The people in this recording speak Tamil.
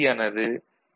ஆனது டி